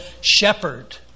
shepherd